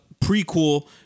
prequel